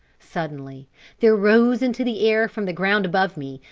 suddenly there rose into the air from the ground above me,